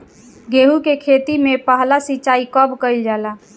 गेहू के खेती मे पहला सिंचाई कब कईल जाला?